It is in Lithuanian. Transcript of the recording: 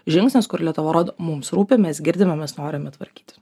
žingsnis kur lietuva rodo mums rūpi mes girdime mes norime tvarkyti